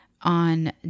on